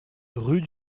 rue